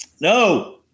No